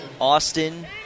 Austin